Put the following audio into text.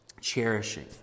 cherishing